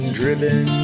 driven